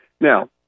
Now